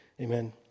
Amen